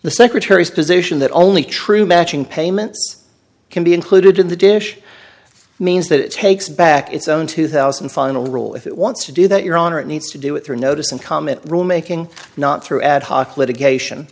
the secretary's position that only true matching payments can be included in the dish means that it takes back it's own two thousand and final rule if it wants to do that your honor it needs to do it through a notice and comment rule making not through ad hoc litigation